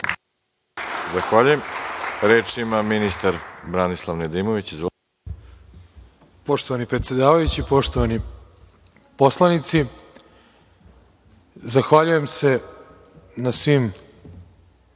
Zahvaljujem. Reč ima ministar Branislav Nedimović.